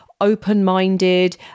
open-minded